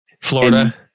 Florida